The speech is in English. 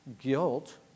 guilt